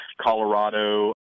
Colorado